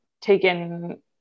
taken